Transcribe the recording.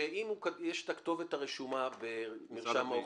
שאם יש את הכתובת הרשומה במרשם האוכלוסין,